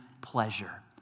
pleasure